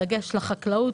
בדגש על חקלאות,